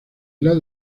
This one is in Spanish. lado